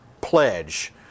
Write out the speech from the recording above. pledge